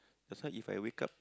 that's why if I wake up